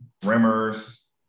Rimmers